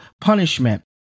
punishment